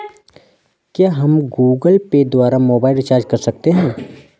क्या हम Google Pay द्वारा मोबाइल रिचार्ज कर सकते हैं?